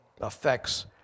affects